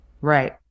right